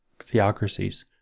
theocracies